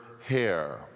hair